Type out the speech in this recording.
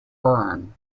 byrne